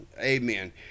amen